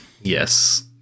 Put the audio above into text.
Yes